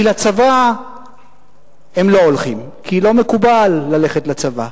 כי לצבא הם לא הולכים, כי לא מקובל ללכת לצבא.